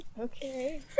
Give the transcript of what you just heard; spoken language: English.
Okay